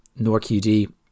NorQD